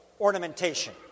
ornamentation